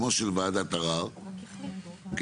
כמו של וועדת ערר, כן?